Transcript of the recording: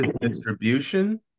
distribution